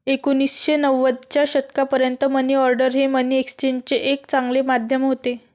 एकोणीसशे नव्वदच्या दशकापर्यंत मनी ऑर्डर हे मनी एक्सचेंजचे एक चांगले माध्यम होते